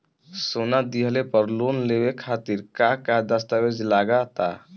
सोना दिहले पर लोन लेवे खातिर का का दस्तावेज लागा ता?